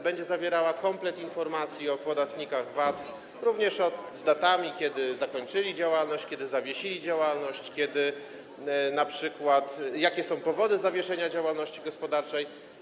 Będzie ona zawierała komplet informacji o podatnikach VAT, również z datami, kiedy zakończyli działalność, kiedy zawiesili działalność, jakie są np. powody zawieszenia działalności gospodarczej.